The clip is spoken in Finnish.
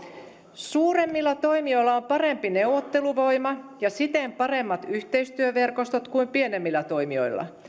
suuremmilla toimijoilla on parempi neuvotteluvoima ja siten paremmat yhteistyöverkostot kuin pienemmillä toimijoilla